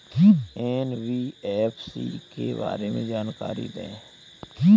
NBFC के बारे में जानकारी दें?